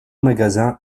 magasin